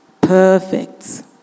perfect